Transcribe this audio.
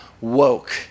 woke